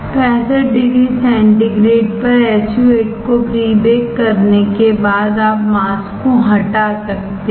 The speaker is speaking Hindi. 65 डिग्री सेंटीग्रेड पर SU 8 को प्री बेक करने के बाद आप मास्क को हटा सकते हैं